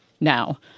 now